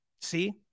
See